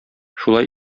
шулай